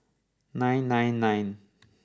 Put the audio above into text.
nine nine nine